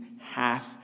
half